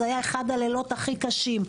זה היה אחד הלילות הכי קשים,